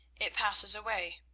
it passes away.